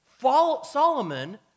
Solomon